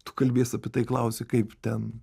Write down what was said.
tu kalbies apie tai klausi kaip ten